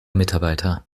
mitarbeiter